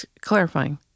clarifying